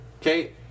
Okay